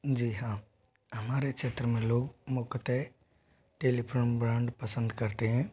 जी हाँ हमारे क्षेत्र में लोग मुख्यतः टेलीफ्रोम ब्रांड पसंद करते हैं